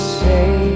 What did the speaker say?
say